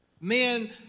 Men